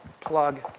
plug